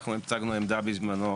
אנחנו הצגנו עמדה, בזמנו,